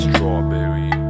Strawberry